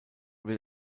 wird